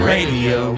Radio